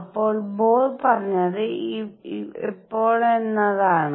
അപ്പോൾ ബോർ പറഞ്ഞത് എപ്പോൾ എന്നാണ്